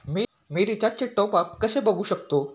मी रिचार्जचे टॉपअप कसे बघू शकतो?